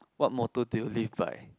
what motto do you live by